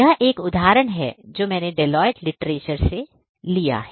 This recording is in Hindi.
यह एक उद्धरण है जो मैंने deloite literature से लिया है